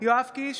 יואב קיש,